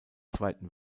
zweiten